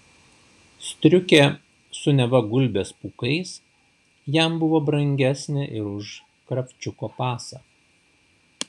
striukė su neva gulbės pūkais jam buvo brangesnė ir už kravčiuko pasą